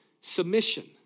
submission